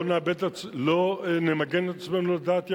"לא נמגן את עצמנו לדעת",